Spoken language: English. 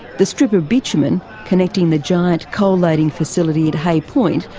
the strip of bitumen connecting the giant coal loading facility at hay point,